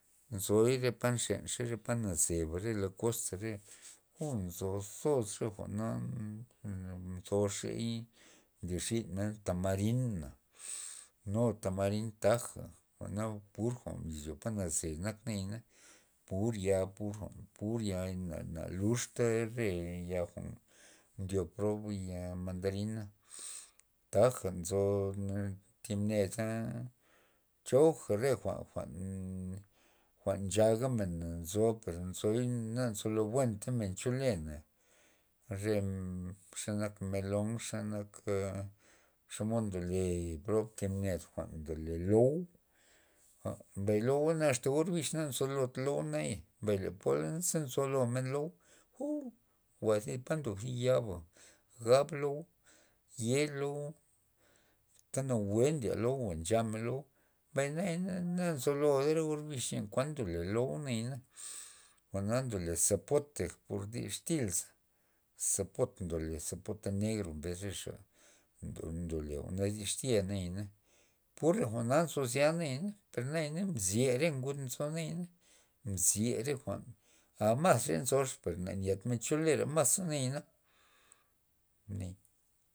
Nzoy re pa nxenxen re pa nazeba re la koz re oo nzo soz re jwa'na ntozey nlyrzin men tamarin nu tamarin taja jwa'na pur jwa'n na yo ta na ze nak naya pur ya pur jwa'n pur ya na luxta re ya jwa'n ndyob prob ya mandarina, taja nzo thib neda choja re jwa'n- jwa'n jwa'n nchagamen nzo per nzoy na nzolo buenta men chele re xenak re melon xenaka xomod ndole prob thin ned jwa'n ndole lo'u jwa'n mbay lo'una re or bix na nzo lot jwa'n ndole lo'u naya mbay le pola za nzolomen lo'u uu ga po ndob thi ya ba gab lo'u ye lo'u anta nawue ndye lo nchamen lo'u mbay naya na nzolod re or bixa lo'u xen kuan ndole lo'u nayana, jwa'na ndole zapote pur dixtil za zapot ndole zapote negro mbes re xa ndole jwa'na dixtya nayana pur re jwa'na nzo nayana per nayana mzi re ngud nzo nayana mzi re jwa'n a masre nzo na nyedramen cholerana masa nayana, mney.